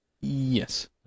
yes